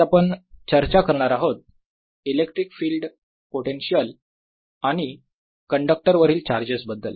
आज आपण चर्चा करणार आहोत इलेक्ट्रिक फील्ड पोटेन्शियल आणि कण्डक्टर वरील चार्जेस बद्दल